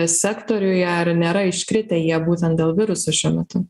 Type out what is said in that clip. sektoriuje ar nėra iškritę jie būtent dėl viruso šiuo metu